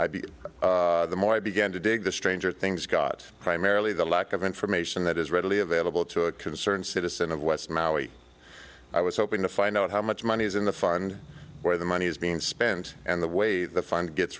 be the more i began to dig the stranger things got primarily the lack of information that is readily available to a concerned citizen of west maui i was hoping to find out how much money is in the fund where the money is being spent and the way the fund gets